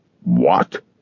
What